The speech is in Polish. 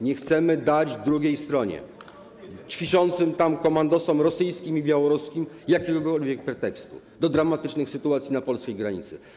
Nie chcemy dać drugiej stronie, ćwiczącym tam komandosom rosyjskim i białoruskim jakiegokolwiek pretekstu do dramatycznych sytuacji na polskiej granicy.